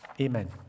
Amen